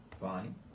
Fine